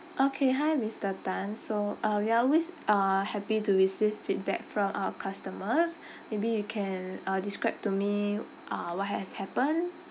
okay hi mister tan so uh we are always uh happy to receive feedback from our customers maybe you can uh describe to me uh what has happened